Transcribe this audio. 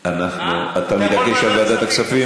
אתה מתעקש על ועדת הכספים?